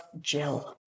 Jill